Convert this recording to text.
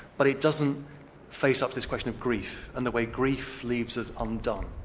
but it doesn't face up to this question of grief and the way grief leaves us undone,